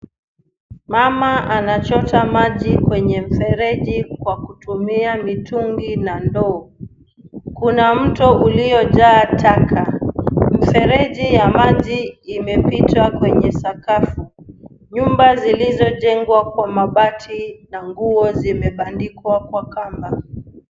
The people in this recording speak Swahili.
Mama anachota maji kwenye mfereji kwa kutumia mitungi na ndoo. Kuna mto uliojaa taka. Mifereji ya maji imepita kwenye sakafu. Nyumba zilizojengwa kwa mabati na nguo zimebandikwa kwa kamba.